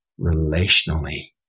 relationally